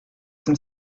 some